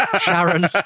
Sharon